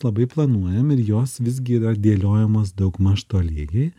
labai planuojam ir jos visgi yra dėliojamas daugmaž tolygiai